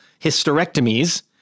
hysterectomies